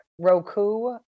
Roku